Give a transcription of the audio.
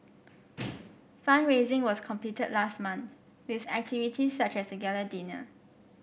fund raising was completed last month with activities such as a gala dinner